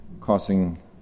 causing